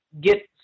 Get